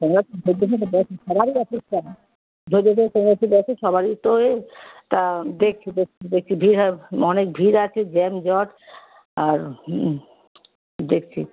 সবারই একই ধৈর্য ধরে সবাই একটু বসো সবারই একটু ওই দেখছি দেখছি দেখছি ভিড় হব অনেক ভিড় আছে জ্যাম জট আর দেখছি